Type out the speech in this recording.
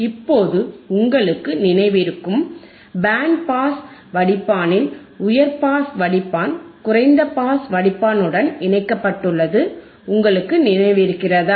இப்போது உங்களுக்கு நினைவிருக்கும் பேண்ட் பாஸ் வடிப்பானில் உயர் பாஸ் வடிப்பான் குறைந்த பாஸ் வடிப்பானுடன் இணைக்கப்பட்டுள்ளது உங்களுக்கு நினைவிருக்கிறதா